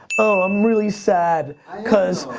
oh, i'm really sad cause